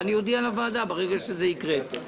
ואני אודיע לוועדה ברגע שזה יקרה.